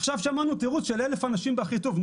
עכשיו שמענו תירוץ של 1,000 אנשים באחיטוב,